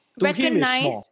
recognize-